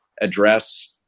address